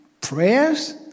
prayers